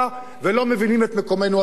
ולא מבינים את מקומנו הטבעי,